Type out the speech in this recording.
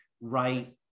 right